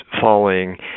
falling